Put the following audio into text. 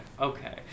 okay